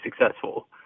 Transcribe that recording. successful